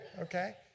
okay